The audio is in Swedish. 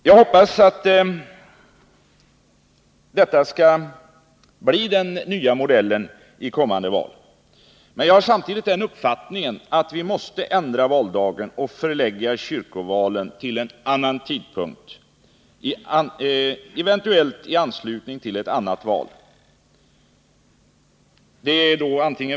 Jag hoppas att detta skall bli den nya modellen i kommande val. Men jag har samtidigt den uppfattningen att vi måste ändra valdagen och förlägga kyrkovalen till en annan tidpunkt, eventuellt i anslutning till ett annat val.